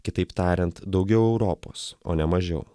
kitaip tariant daugiau europos o ne mažiau